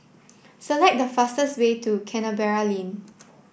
select the fastest way to Canberra Lane